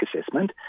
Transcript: assessment